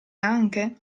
anche